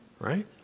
right